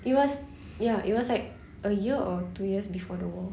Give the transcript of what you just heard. it was ya it was like a year or two years before the war